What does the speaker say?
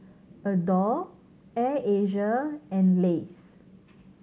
Adore Air Asia and Lays